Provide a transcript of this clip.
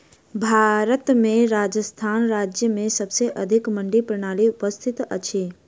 भारत में राजस्थान राज्य में सबसे अधिक मंडी प्रणाली उपस्थित अछि